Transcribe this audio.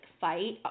fight